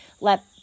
let